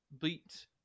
beat